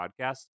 podcast